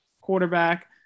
quarterback